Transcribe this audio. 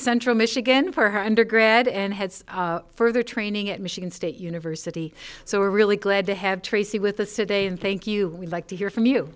central michigan for her undergrad and head further training at michigan state university so we're really glad to have tracy with the city and thank you we'd like to hear from you